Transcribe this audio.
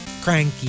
cranky